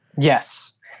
Yes